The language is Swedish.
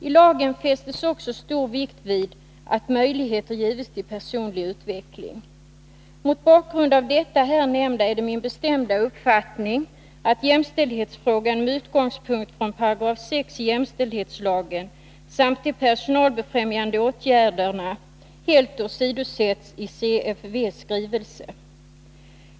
I lagen fästs också stor vikt vid att möjligheter ges till personlig utveckling. Det är min bestämda uppfattning att jämställdhetsaspekter med utgångspunkt från 6 § i jämställdhetslagen samt från stadgandena om personalbefrämjande åtgärder helt åsidosätts i CFV:s skrivelse.